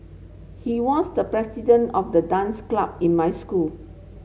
he was the president of the dance club in my school